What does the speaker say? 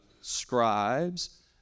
scribes